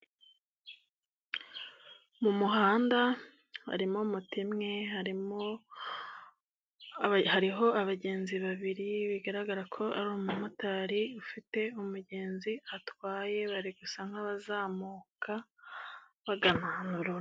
Mu muhanda harimo mote imwe, harimo, hariho abagenzi babiri, bigaragara ko ari umu motari ufite umugenzi atwaye, bari gusa nk'abazamuka, bagana bagana ahantu runaka.